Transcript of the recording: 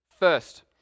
First